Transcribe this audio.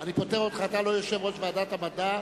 אתה לא יושב-ראש ועדת המדע,